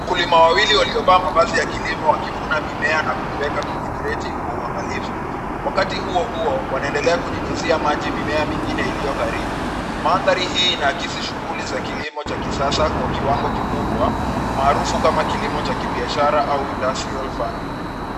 Wakulima wawili waliovaa mavazi ya kilimo wakivuna mimea na kuiweka kwenye kreti kwa uangalifu. Wakati huo huo wanaendelea kunyunyizia maji mimea mingine iliyo karibu. Mandhari hii inaakisi kilimo cha kisasa kwa kiwango kikubwa, maarufu kama kilimo cha kibiashara au (cs)industrial farming(cs).